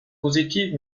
positives